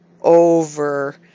over